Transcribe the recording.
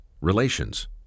relations